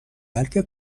بلکه